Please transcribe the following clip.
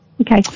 Okay